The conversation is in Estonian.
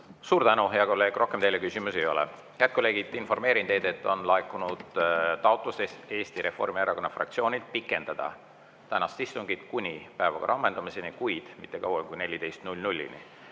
Suur tänu, hea kolleeg! Rohkem teile küsimusi ei ole. Head kolleegid, informeerin teid, et on laekunud taotlus Eesti Reformierakonna fraktsioonilt pikendada tänast istungit kuni päevakorra ammendumiseni, kuid mitte kauem kui 14.00-ni.